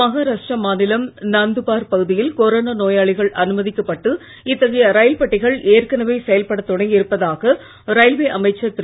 மகாராஷ்டிரா மாநிலம் நந்தூபார் பகுதியில் கொரோனா நோயாளிகள் அனுமதிக்கப்பட்டு இத்தகைய ரயில் பெட்டிகள் ஏற்கனவே செயல்படத் தொடங்கி இருப்பதாக ரயில்வே அமைச்சர் திரு